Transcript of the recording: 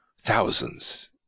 thousands